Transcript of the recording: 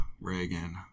Reagan